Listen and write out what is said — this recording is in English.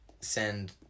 send